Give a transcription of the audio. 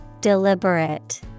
Deliberate